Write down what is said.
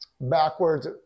backwards